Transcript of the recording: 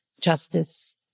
justice